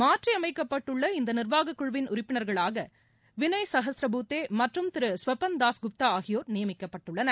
மாற்றிஅமைக்கப்பட்டுள்ள இந்தநிர்வாககுழுவின் உறுப்பினர்களாகதிருவினய் சஹஸ்ரபுத்தேமற்றும் திரு ஸ்வபன் தாஸ் குப்தாஆகியோர் நியமிக்கப்பட்டுள்ளனர்